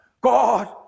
God